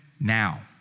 now